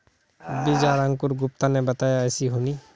बीज आर अंकूर गुप्ता ने बताया ऐसी होनी?